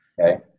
Okay